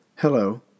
Hello